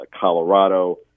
Colorado